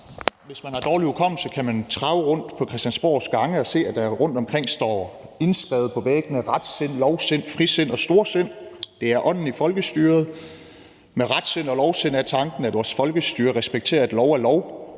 Hvis man har en dårlig hukommelse, kan man trave rundt på Christiansborgs gange og se, at der rundtomkring på væggene står indskrevet ordene: retsind, lovsind, frisind og storsind. Det er ånden i folkestyret. Med retsind og lovsind er tanken, at vores folkestyre respekterer, at lov er lov,